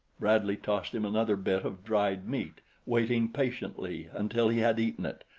bradley tossed him another bit of dried meat, waiting patiently until he had eaten it,